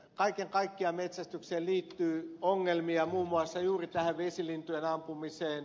kaiken kaikkiaan metsästykseen liittyy ongelmia muun muassa juuri vesilintujen ampumiseen